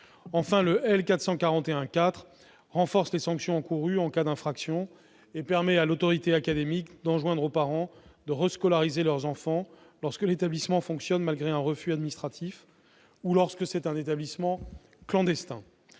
objet de renforcer les sanctions encourues en cas d'infraction et de permettre à l'autorité académique d'enjoindre aux parents de rescolariser leurs enfants lorsque l'établissement fonctionne malgré un refus administratif ou lorsque c'est un établissement clandestin.